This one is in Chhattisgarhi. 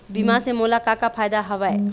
बीमा से मोला का का फायदा हवए?